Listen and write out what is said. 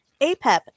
Apep